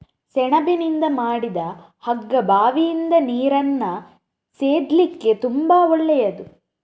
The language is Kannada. ಸೆಣಬಿನಿಂದ ಮಾಡಿದ ಹಗ್ಗ ಬಾವಿಯಿಂದ ನೀರನ್ನ ಸೇದ್ಲಿಕ್ಕೆ ತುಂಬಾ ಒಳ್ಳೆಯದು